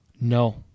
No